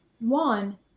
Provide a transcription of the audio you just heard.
one